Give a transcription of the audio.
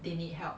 they need help